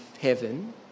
heaven